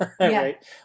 right